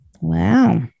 Wow